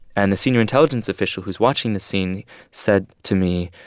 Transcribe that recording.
and the senior intelligence official who's watching the scene said to me,